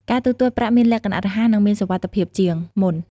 ការទូទាត់ប្រាក់មានលក្ខណៈរហ័សនិងមានសុវត្ថិភាពជាងមុន។